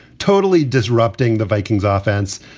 totally disrupting the vikings offense.